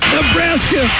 Nebraska